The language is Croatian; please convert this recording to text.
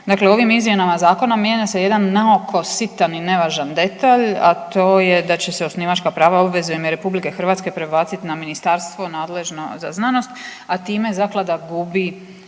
Dakle, ovim izmjenama zakona mijenja se jedan naoko sitan i nevažan detalj, a to je da će se osnivačka prava i obveze u ime RH prebaciti na ministarstvo nadležno za znanost, a time zaklada gubi